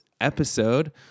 episode